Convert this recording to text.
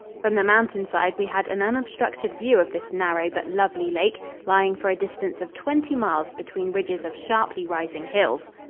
from the mountainside we had an unobstructed view of this narrow but lovely lake, lying for a distance of twenty miles between ridges of sharply rising hills.